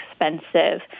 expensive